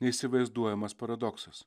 neįsivaizduojamas paradoksas